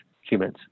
humans